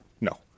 no